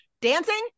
Dancing